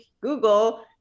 google